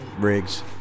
Briggs